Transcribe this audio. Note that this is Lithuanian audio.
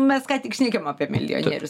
mes ką tik šnekėjom apie milijonierius